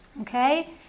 okay